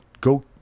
go